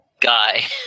guy